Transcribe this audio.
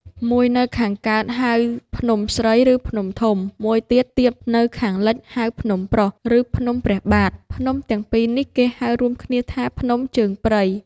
មួយនៅខាងកើត ហៅ ភ្នំស្រី ឬ ភ្នំធំ, មួយទៀត ទាបនៅខាងលិច ហៅ ភ្នំប្រុស ឬ ភ្នំព្រះបាទ, ភ្នំទាំងពីរនេះ គេហៅរួមគ្នាថា "ភ្នំជើងព្រៃ"